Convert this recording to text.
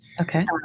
Okay